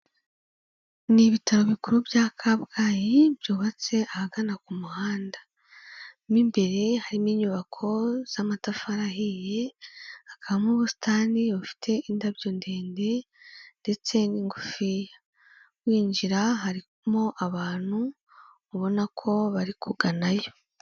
Ni ibitaro bikuru bya Kabgayi byubatse ahagana ku muhanda, mo imbere harimo inyubako z'amatafari ahiye, hakabamo ubusitani bufite indabyo ndende ndetse n'ingufiya, winjira harimo abantu ubona ko bari kugana yo.